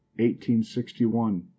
1861